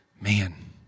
man